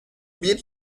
bir